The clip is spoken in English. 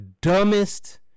dumbest